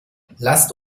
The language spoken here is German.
lasst